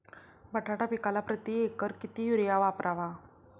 बटाटा पिकाला प्रती एकर किती युरिया वापरावा?